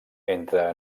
entra